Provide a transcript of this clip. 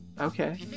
Okay